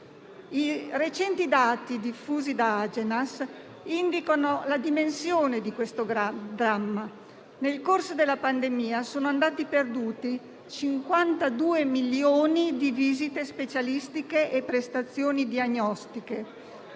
I recenti dati diffusi da Agenas indicano la dimensione di questo dramma. Nel corso della pandemia, sono andati perduti 52 milioni di visite specialistiche e prestazioni diagnostiche,